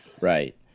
Right